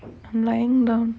I'm lying down